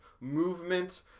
movement